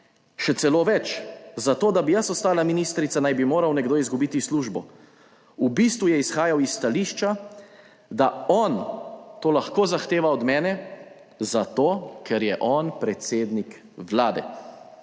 Še celo več, zato, da bi jaz ostala ministrica, naj bi moral nekdo izgubiti službo. V bistvu je izhajal iz stališča, da on to lahko zahteva od mene zato, ker je on predsednik vlade,